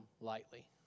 lightly